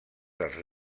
dels